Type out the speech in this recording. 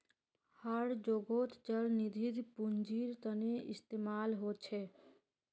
हर जोगोत चल निधिर पुन्जिर तने इस्तेमाल होचे